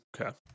okay